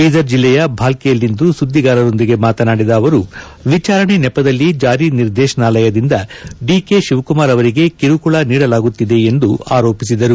ಬೀದರ್ ಜಲ್ಲೆಯ ಭಾಲ್ಲಿಯಲ್ಲಿಂದು ಸುದ್ದಿಗಾರರೊಂದಿಗೆ ಮಾತನಾಡಿದ ಅವರು ವಿಚಾರಣೆ ನೆಪದಲ್ಲಿ ಚಾರಿ ನಿರ್ದೇಶನಾಲಯದಿಂದ ಡಿಕೆ ಶಿವಕುಮಾರ್ ಅವರಿಗೆ ಕಿರುಕುಳ ನೀಡಲಾಗುತ್ತಿದೆ ಎಂದು ಅವರು ಆರೋಪಿಸಿದರು